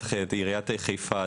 צריך את עיריית חיפה,